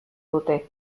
dute